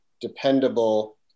dependable